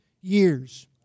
years